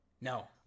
no